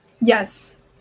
Yes